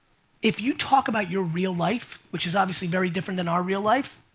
if you talk about your real life, which is obviously very different than our real life,